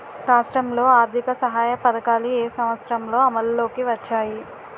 రాష్ట్రంలో ఆర్థిక సహాయ పథకాలు ఏ సంవత్సరంలో అమల్లోకి వచ్చాయి?